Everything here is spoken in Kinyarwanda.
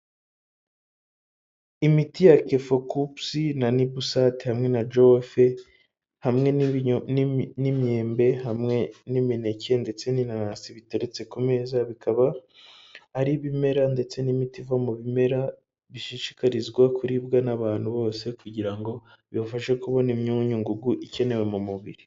Imiti ya kifukupusi na nibusate hamwe na jofe, hamwe n'imyembe, hamwe n'imineke, ndetse n'inanasi biteretse ku meza, bikaba ari ibimera ndetse n'imiti iva mu bimera bishishikarizwa kuribwa n'abantu bose, kugira ngo bibafashe kubona imyunyungugu ikenewe mu mubiri.